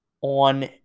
on